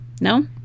No